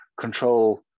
control